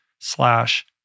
slash